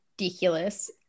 ridiculous